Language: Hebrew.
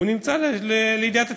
הוא נמצא לידיעת הציבור.